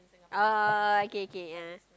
oh oh oh K K ah